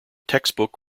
textbook